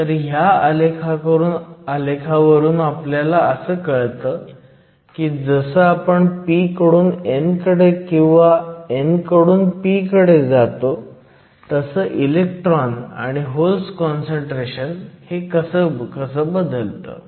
तर ह्या आलेखावरून आपल्याला कळतं की जसं आपण p कडून n कडे किंवा n कडून p कडे जातो तसं इलेक्ट्रॉन आणि होल्स काँसंट्रेशन कसं बदलतं